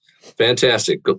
Fantastic